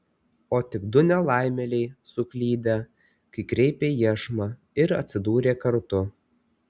o tik du nelaimėliai suklydę kai kreipė iešmą ir atsidūrę kartu